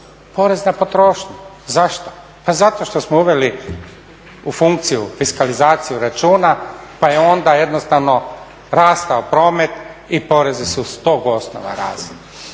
porez na potrošnju. Zašto? Pa zato što smo uveli u funkciju fiskalizacije ručana pa je onda jednostavno rastao promet i porezi su s tog osnova rasli.